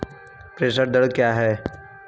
प्रेषण दर क्या है?